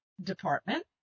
department